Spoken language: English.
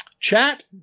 Chat